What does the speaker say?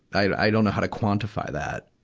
i don't know how to quantify that.